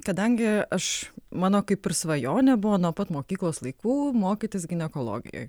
kadangi aš mano kaip ir svajonė buvo nuo pat mokyklos laikų mokytis ginekologijoj